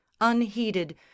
unheeded